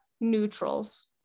neutrals